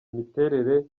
imiterere